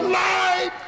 light